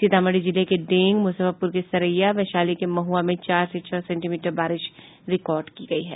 सीतामढ़ी जिले के ढेंग मुजफ्फरपुर के सरैया वैशाली के महुआ में चार से छह सेंटीमीटर बारिश रिकॉर्ड की गयी है